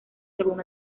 según